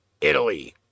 Italy